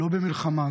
לא במלחמה,